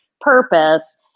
purpose